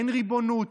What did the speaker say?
אין ריבונות.